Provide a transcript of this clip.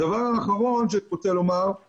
הדבר האחרון שאני רוצה לומר הוא